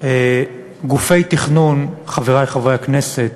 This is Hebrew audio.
גופי תכנון, חברי חברי הכנסת,